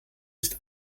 ist